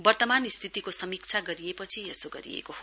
वर्तमान स्थितिको समीक्षा गरिएपछि यसो गरिएको हो